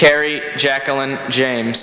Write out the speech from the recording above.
kerry jacqueline james